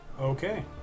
Okay